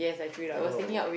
oh